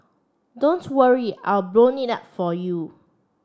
don't worry I've blown it up for you